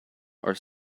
are